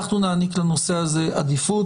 אנחנו נעניק עדיפות לנושא הזה.